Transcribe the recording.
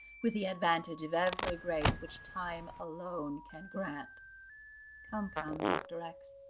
with the advantage of ev'ry grace which time alone can grant come, come, dr. x,